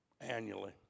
annually